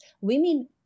women